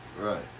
Right